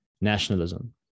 nationalism